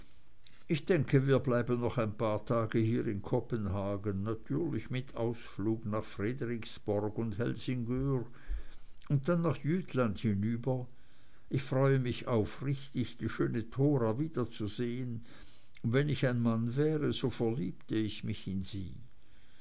ich denke wir bleiben noch ein paar tage hier in kopenhagen natürlich mit ausflug nach frederiksborg und helsingör und dann nach jütland hinüber ich freue mich aufrichtig die schöne thora wiederzusehen und wenn ich ein mann wäre so verliebte ich mich in sie